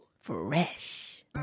Fresh